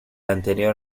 anterior